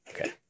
Okay